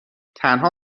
تنها